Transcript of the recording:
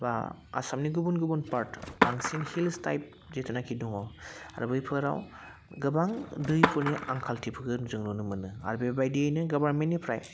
बाह आसामनि गुबुन गुबुन पार्ट बांसिन हिल्स टाइप जिथुनाखि दङ आरो बैफोराव गोबां दैफोरनि आंखालथिफोरखौ जों नुनो मोनो आरो बेबायदियैनो गभार्नमेन्टनिफ्राय